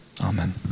Amen